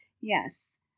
Yes